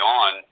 on